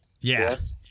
Yes